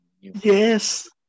Yes